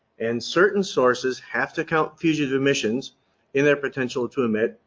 and certain sources have to count fugitive emissions in their potential to emit.